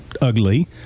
ugly